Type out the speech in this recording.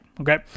Okay